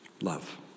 love